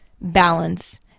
balance